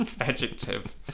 adjective